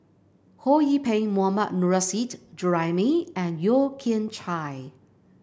Ho Yee Ping Mohammad Nurrasyid Juraimi and Yeo Kian Chai